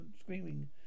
screaming